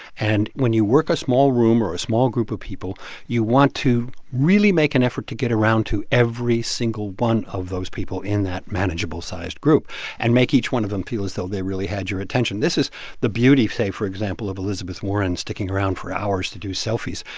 and when you work a small room or a small group of people, you want to really make an effort to get around to every single one of those people in that manageable-sized group and make each one of them feel as though they really had your attention. this is the beauty, say, for example, of elizabeth warren sticking around for hours to do selfies.